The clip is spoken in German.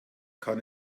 kann